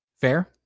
fair